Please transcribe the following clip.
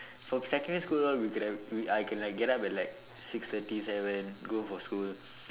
for secondary school all we could have we I can like get up at like six thirty seven go for school